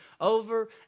over